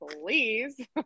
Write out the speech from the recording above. please